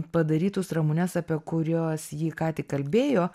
padarytus ramunės apie kuriuos ji ką tik kalbėjo